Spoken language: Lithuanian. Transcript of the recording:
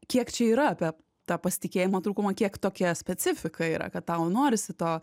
kiek čia yra apie tą pasitikėjimo trūkumą kiek tokia specifika yra kad tau norisi to